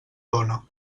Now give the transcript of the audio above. dóna